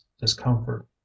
discomfort